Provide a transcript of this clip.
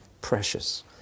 precious